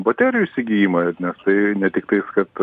baterijų įsigijimą nes tai ne tiktais kad